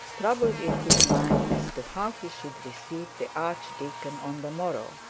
troubled in his mind as to how he should receive the archdeacon on the morrow.